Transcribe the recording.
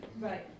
Right